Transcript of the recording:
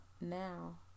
Now